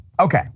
Okay